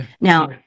Now